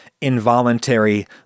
involuntary